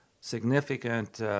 significant